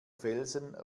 felsen